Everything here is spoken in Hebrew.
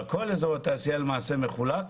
אבל כל אזור התעשייה למעשה מחולק,